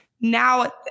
now